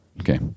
okay